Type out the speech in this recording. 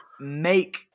make